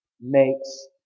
makes